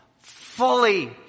fully